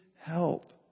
help